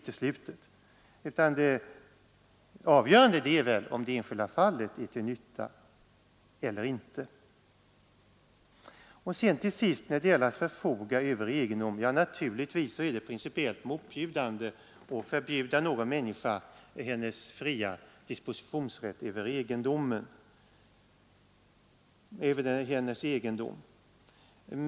Det avgörande är om det i det enskilda fallet är till nytta eller inte. Naturligtvis är det principiellt motbjudande att beröva en människa hennes fria dispositionsrätt över sin egendom.